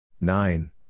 Nine